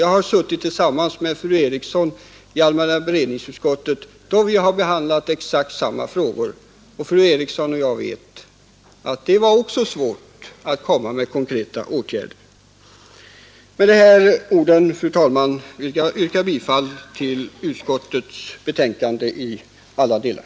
Jag har suttit tillsammans med fru Eriksson i allmänna beredningsutskottet, där vi har behandlat exakt samma frågor. Fru Eriksson och jag vet att det var svårt att komma med konkreta åtgärder. Jag vill, fru talman, yrka bifall till utskottets betänkande i alla delar.